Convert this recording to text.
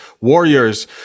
warriors